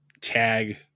tag